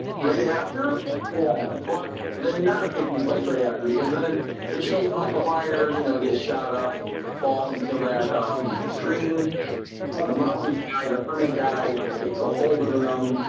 right after but then not taking place right after because then it shows michael myers, you know, it gets shot up falls until that stream the mountain high the permit guy takes a hold of them